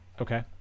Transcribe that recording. Okay